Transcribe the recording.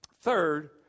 third